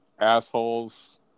assholes